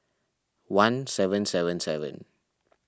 one seven seven seven